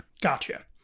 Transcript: Gotcha